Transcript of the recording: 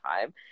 time